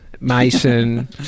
Mason